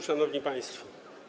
Szanowni Państwo!